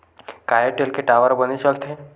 का एयरटेल के टावर बने चलथे?